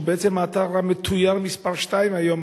שהוא בעצם האתר המתויר מספר שתיים היום,